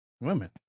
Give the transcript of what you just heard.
Women